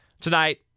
tonight